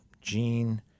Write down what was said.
Gene